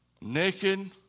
naked